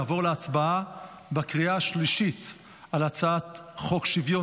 נעבור להצבעה בקריאה השלישית על הצעת חוק שוויון